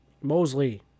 Mosley